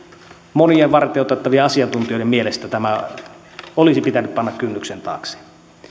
monien varteenotettavien asiantuntijoiden mielestä tämä olisi pitänyt panna kynnyksen taakse